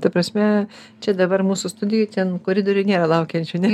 ta prasme čia dabar mūsų studijoj ten koridoriuj nėra laukiančių ne